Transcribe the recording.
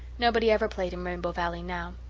nobody ever played in rainbow valley now.